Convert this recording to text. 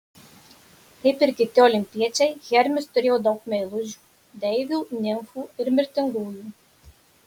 kaip ir kiti olimpiečiai hermis turėjo daug meilužių deivių nimfų ir mirtingųjų